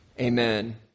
Amen